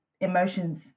emotions